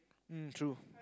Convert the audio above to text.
mm true